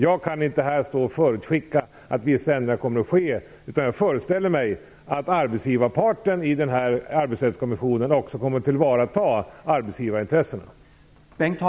Jag kan inte här förutskicka att vissa ändringar kommer att ske. Jag föreställer mig att arbetsgivarparten i Arbetsrättskommissionen kommer att tillvarata arbetsgivarintressena.